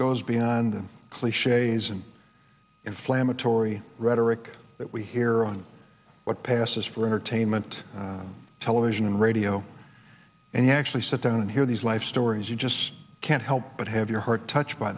goes beyond the cliches and inflammatory rhetoric that we hear on what passes for entertainment television and radio and you actually sit down and hear these life stories you just can't help but have your heart touched by